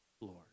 Lord